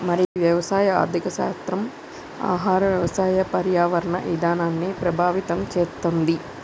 మరి ఈ వ్యవసాయ ఆర్థిక శాస్త్రం ఆహార వ్యవసాయ పర్యావరణ ఇధానాన్ని ప్రభావితం చేతుంది